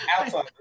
Outside